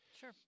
Sure